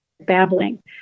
babbling